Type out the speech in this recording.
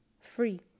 free